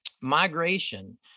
migration